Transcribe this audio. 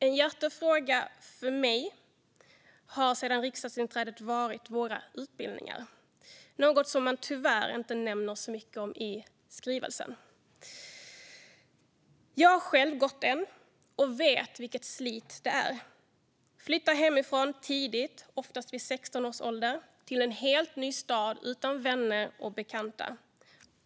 En hjärtefråga för mig har ända sedan mitt riksdagsinträde varit våra utbildningar, som det tyvärr inte står mycket om i skrivelsen. Jag har själv gått en utbildning och vet vilket slit det är. Flytta hemifrån tidigt, oftast vid 16 års ålder, till en helt ny stad utan vänner och bekanta.